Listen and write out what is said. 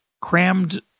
crammed